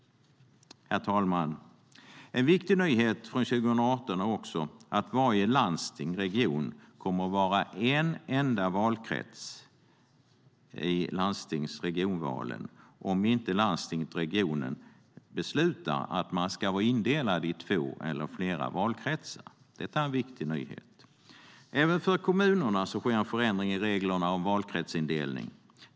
Herr talman! En viktig nyhet från 2018 är också att varje landsting eller region kommer att vara en enda valkrets i landstings och regionvalen om inte landstinget eller regionen beslutar att man ska vara indelad i två eller flera valkretsar. Detta är en viktig nyhet. Även för kommunerna sker en förändring i reglerna om valkretsindelning.